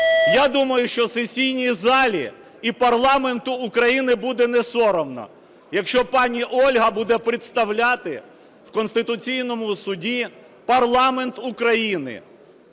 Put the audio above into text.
Я думаю, що сесійній залі і парламенту України буде несоромно, якщо пані Ольга буде представляти в Конституційному Суді парламент України,